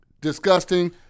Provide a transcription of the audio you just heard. Disgusting